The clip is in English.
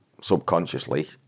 subconsciously